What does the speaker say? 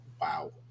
Wow